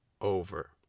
over